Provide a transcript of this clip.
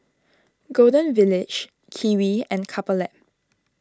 Golden Village Kiwi and Couple Lab